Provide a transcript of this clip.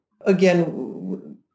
again